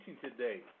today